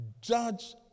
judge